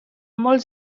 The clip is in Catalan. molts